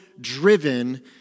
driven